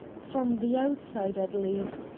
from the outside, at least,